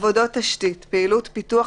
"עבודות תשתית" פעילות פיתוח,